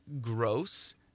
Gross